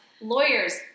lawyers